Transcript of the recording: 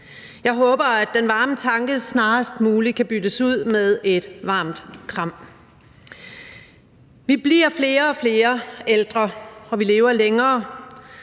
Jeg håber, at den varme tanke snarest muligt kan byttes ud med et varmt kram. Vi bliver flere og flere ældre, og vi lever længere.